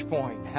Point